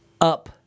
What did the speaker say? up